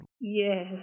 Yes